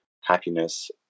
happiness